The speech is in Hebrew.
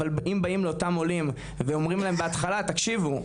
אבל אם באים לאותם עולים ואומרים להם בהתחלה תקשיבו,